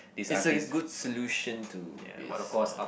it's a good solution to this ya